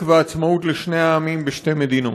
שיבטיח צדק ועצמאות לשני העמים בשתי מדינות.